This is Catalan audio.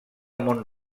mont